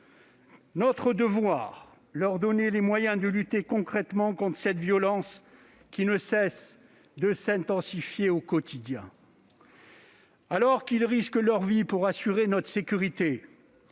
Notre devoir est de leur donner les moyens de lutter concrètement contre cette violence qui ne cesse de s'intensifier. Alors qu'ils risquent leur vie pour assurer notre sécurité,